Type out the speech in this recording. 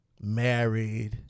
married